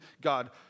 God